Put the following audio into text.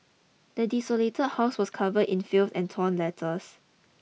the desolated house was covered in filth and torn letters